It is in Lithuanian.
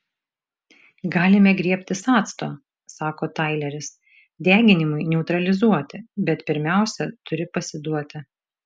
galime griebtis acto sako taileris deginimui neutralizuoti bet pirmiausia turi pasiduoti